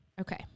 Okay